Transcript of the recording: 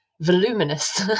voluminous